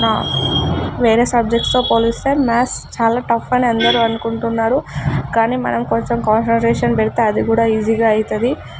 వేరే సబ్జెక్ట్స్తో పోలిస్తే మ్యాథ్స్ చాలా టఫ్ అని అందరు అనుకుంటున్నారు కానీ మనం కొంచెం కాన్సెంట్రేషన్ పెడితే అది కూడా ఈజీగా అవుతుంది